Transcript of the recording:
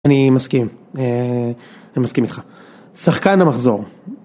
אני מסכים, אני מסכים איתך, שחקן המחזור.